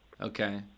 Okay